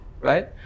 Right